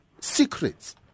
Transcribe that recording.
secrets